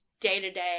day-to-day